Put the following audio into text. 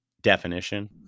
definition